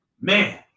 Man